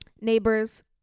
neighbors